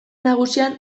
nagusian